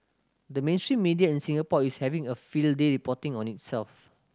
the mainstream media in Singapore is having a field day reporting on itself